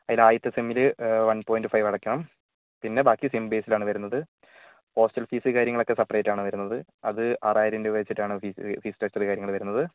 അതിൽ ആദ്യത്തെ സെമ്മിൽ വൺ പോയിൻ്റ് ഫൈവ് അടക്കണം പിന്നെ ബാക്കി സെം ബേസ്ഡ് ആണ് വരുന്നത് ഹോസ്റ്റൽ ഫീസ് കാര്യങ്ങളൊക്കെ സെപ്പറേറ്റ് ആണ് വരുന്നത് അത് ആറായിരം രൂപ വച്ചിട്ടാണ് ഫീസ് ഫീസ് സ്ട്രക്ച്ചർ കാര്യങ്ങൾ വരുന്നത്